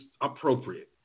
appropriate